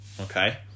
Okay